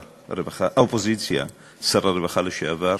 האופוזיציה, שר הרווחה לשעבר,